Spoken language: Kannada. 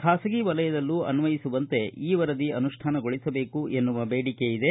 ಖಾಸಗಿ ವಲಯದಲ್ಲೂ ಅನ್ವಯಿಸುವಂತೆ ಈ ವರದಿ ಅನುಷ್ಠಾನಗೊಳಿಸಬೇಕು ಎನ್ನುವ ಬೇಡಿಕೆ ಇದೆ